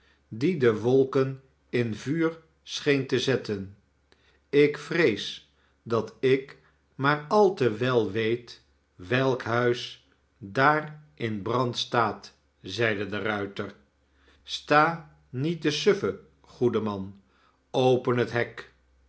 die de wolken in vuur scheen te zetten ik vrees dat ik maar al te wel weet welk huis daar m brand staat zeide de ruiter sta niet te stiffen goede man open het hek